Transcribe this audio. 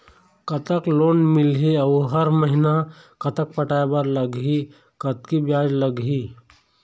कतक लोन मिलही अऊ हर महीना कतक पटाए बर लगही, कतकी ब्याज लगही?